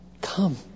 come